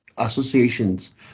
associations